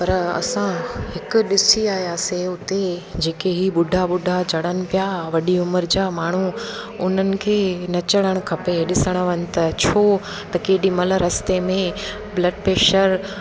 पर असां हिकु ॾिसी आहियासीं उते जेके ई ॿुढा ॿुढा चढ़नि पिया वॾी उमिरि जा माण्हू उन्हनि खे न चढ़णु खपे ॾिसणु वञ त छो त केॾीमहिल रस्ते में ब्लड प्रेशर